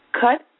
Cut